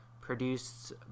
produced